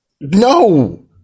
No